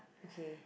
okay